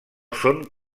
són